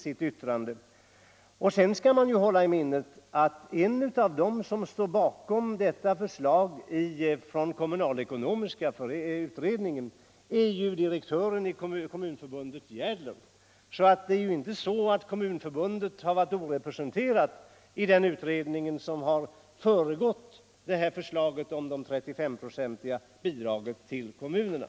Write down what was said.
Sedan skall man ju hålla i minnet att en av dem som står bakom förslaget från kommunalekonomiska utredningen är direktören i Kommunförbundet Sven Järdler. Kommunförbundet har alltså inte varit orepresenterat i den utredning som har föregått förslaget om det 35-procentiga bidraget till kommunerna.